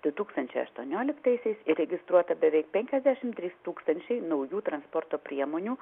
du tūkstančiai aštuonioliktaisiais įregistruota beveik penkiasdešim trys tūkstančiai naujų transporto priemonių